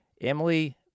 Emily